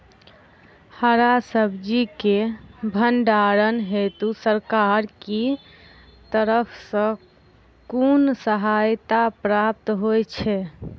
हरा सब्जी केँ भण्डारण हेतु सरकार की तरफ सँ कुन सहायता प्राप्त होइ छै?